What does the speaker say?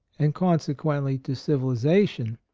and consequently to civilization.